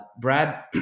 Brad